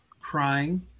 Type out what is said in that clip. crying